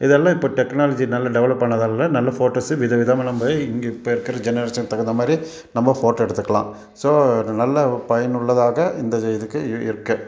இதெல்லாம் இப்போ டெக்னாலஜி நல்ல டெவெலப் ஆனதால் நல்ல ஃபோட்டோஸு வித வித நம்ம இங்கே இப்போ இருக்கிற ஜெனரேஷனுக்கு தகுந்த மாதிரி நம்ம ஃபோட்டோ எடுத்துக்கலாம் ஸோ ஒரு நல்ல பயனுள்ளதாக இந்த இதுக்கு இ இருக்குது